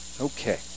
Okay